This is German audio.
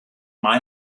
minor